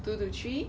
two to three